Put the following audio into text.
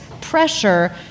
pressure